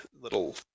little